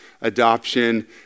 adoption